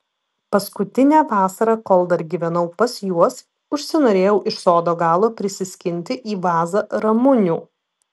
paskutinę vasarą kol dar gyvenau pas juos užsinorėjau iš sodo galo prisiskinti į vazą ramunių